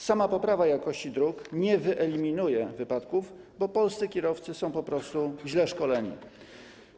Sama poprawa jakości dróg nie wyeliminuje wypadków, bo polscy kierowcy są po prostu źle szkoleni.